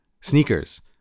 sneakers